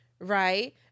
right